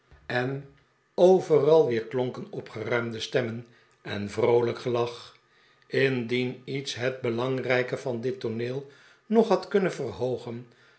en overal weerklonken opgeruimde stemmen en vroolijk gelach indien iets het belangrijke van dit tooneel nog had kunnen verhoogen